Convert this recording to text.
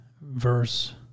verse